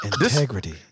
Integrity